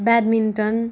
badminton